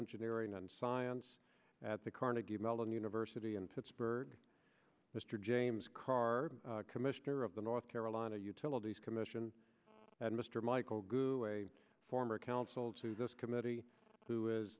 engineering and science at the carnegie mellon university in pittsburgh mr james carr commissioner of the north carolina utilities commission and mr michael good a former counsel to this committee who is